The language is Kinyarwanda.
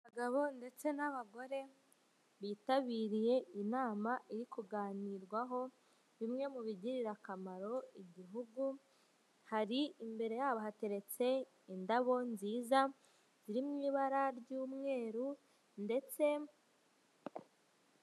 Abagabo ndetse n'abagore bitabiriye inama iri kuganirwaho bimwe mu bigirira akamaro igihugu. Hari, imbere yabo hateretse indabo nziza ziri mu ibara ry'umweru, ndetse,...